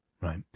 Right